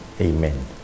Amen